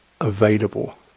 available